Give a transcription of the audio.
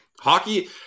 hockey